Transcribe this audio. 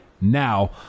now